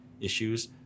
issues